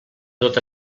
tota